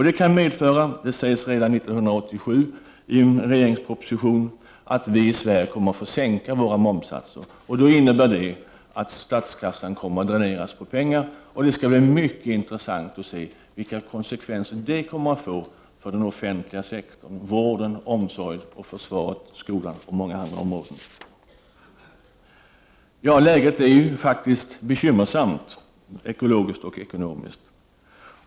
Det medför — det sägs redan 1987 i en regeringsproposition — att vi i Sverige kommer att få sänka våra momssatser. Då innebär det att statskassan kommer att dräneras på pengar, och det skall bli mycket intressant att se vilka konsekvenser det kommer att få för den offentliga sektorn, vården, omsorgen, försvaret, skolan och många andra områden. Ja, läget är ju faktiskt bekymmersamt, ekologiskt och ekonomiskt.